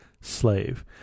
slave